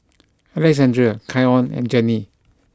Alexandra Keion and Jenny